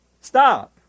Stop